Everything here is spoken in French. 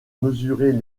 mesurer